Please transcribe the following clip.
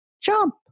jump